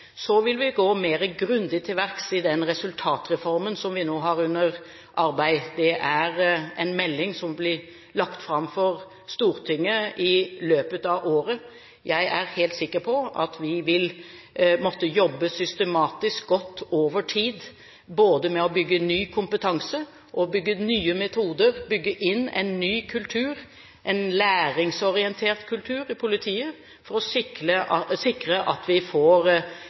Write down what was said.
Så vil vi gå mer grundig til verks i den resultatreformen som vi nå har under arbeid. Det er en melding som blir lagt fram for Stortinget i løpet av året. Jeg er helt sikker på at vi vil måtte jobbe systematisk godt over tid med å bygge både ny kompetanse og nye metoder, bygge inn en ny kultur, en læringsorientert kultur, i politiet for å sikre at vi får